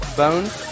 bones